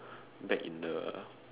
back in the